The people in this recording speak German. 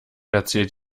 erzählt